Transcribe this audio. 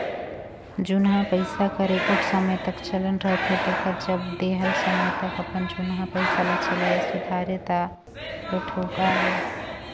जुनहा पइसा कर एगोट समे तक चलन रहथे तेकर जब देहल समे तक अपन जुनहा पइसा ल चलाए सुधारे ता दो ठउका अहे